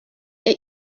est